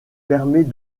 permet